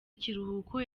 ikiruhuko